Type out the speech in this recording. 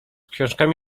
książkami